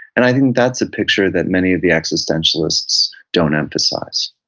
and i think that's a picture that many of the existentialist don't emphasize